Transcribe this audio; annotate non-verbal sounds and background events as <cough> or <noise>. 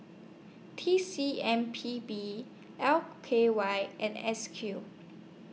T C M P B L <hesitation> K Y and S Q